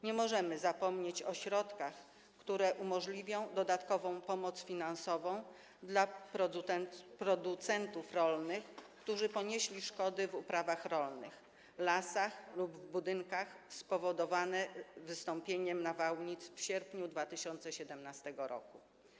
Nie możemy zapomnieć o środkach, które umożliwią dodatkową pomoc finansową dla producentów rolnych, którzy ponieśli szkody w uprawach rolnych, lasach lub budynkach spowodowane wystąpieniem nawałnic w sierpniu 2017 r.